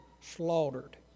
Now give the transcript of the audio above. slaughtered